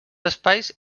espais